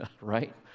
right